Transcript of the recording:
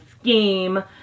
scheme